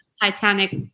Titanic